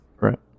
Right